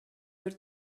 бир